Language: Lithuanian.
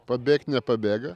pabėgt nepabėga